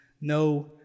no